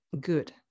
good